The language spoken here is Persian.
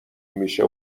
میشه